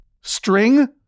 string